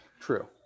True